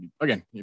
again